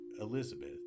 Elizabeth